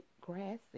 grassy